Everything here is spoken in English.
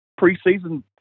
preseason